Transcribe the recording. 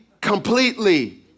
completely